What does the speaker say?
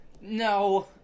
No